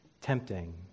Tempting